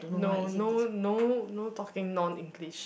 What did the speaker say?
no no no no talking non-English